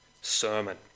sermon